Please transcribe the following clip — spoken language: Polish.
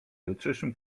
jutrzejszym